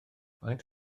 faint